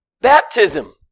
Baptism